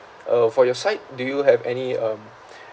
uh for your side do you have any um